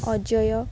Ajay